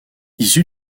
issu